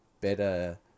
better